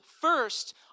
first